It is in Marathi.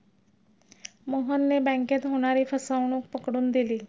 मोहनने बँकेत होणारी फसवणूक पकडून दिली